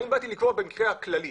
אני באתי לקבוע במקרה הכללי.